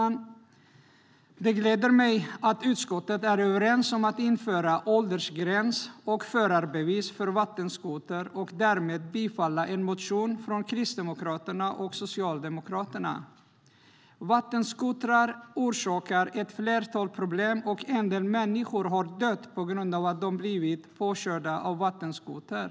Det gläder mig att vi i utskottet är överens om att man ska införa åldersgräns och förarbevis för vattenskoter. Därmed bifaller vi en motion från Kristdemokraterna och en motion från Socialdemokraterna.Vattenskotrar orsakar ett flertal problem. En del människor har dött på grund av att de blivit påkörda av en vattenskoter.